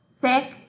thick